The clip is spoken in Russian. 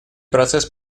процесс